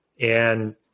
and-